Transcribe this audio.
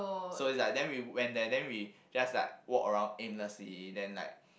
so it's like then we went there then we just like walk around aimlessly then like